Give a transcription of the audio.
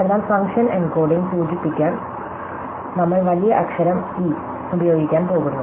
അതിനാൽ function encoding സൂചിപ്പിക്കാൻ നമ്മൾ വലിയ അക്ഷരം ഈ ഉപയോഗിക്കാൻ പോകുന്നു